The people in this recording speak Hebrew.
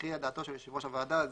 תכריע דעתו של יושב ראש הוועדה".